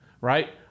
right